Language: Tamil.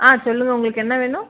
ஆ சொல்லுங்கள் உங்களுக்கு என்ன வேணும்